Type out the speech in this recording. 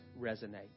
resonate